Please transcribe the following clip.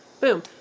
Boom